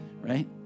right